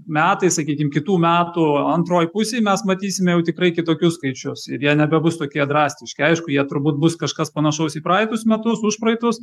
metai sakykim kitų metų antroj pusėj mes matysime jau tikrai kitokius skaičius ir jie nebebus tokie drastiški aišku jie turbūt bus kažkas panašaus į praeitus metus užpraeitus